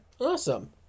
Awesome